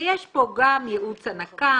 ויש פה גם ייעוץ הנקה,